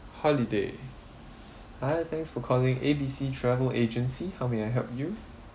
holiday hi thanks for calling A B C travel agency how may I help you